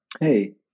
Hey